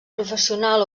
professional